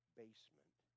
basement